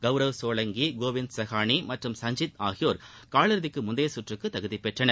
கவுரவ் சோலங்கி கோவிந்த் சாகானி மற்றம் சஞ்ஜித் ஆகியோர் காலிறதிக்கு முந்தைய சுற்றக்கு தகுதி பெற்றனர்